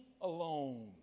alone